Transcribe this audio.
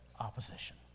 Opposition